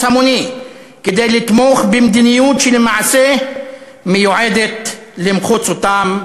המוני לתמוך במדיניות שלמעשה מיועדת למחוץ אותם,